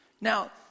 Now